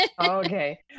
Okay